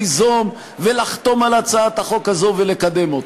ליזום ולחתום על הצעת החוק הזו ולקדם אותה.